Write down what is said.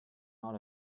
out